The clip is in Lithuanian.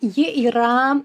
ji yra